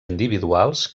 individuals